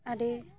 ᱟᱹᱰᱤ